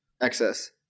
excess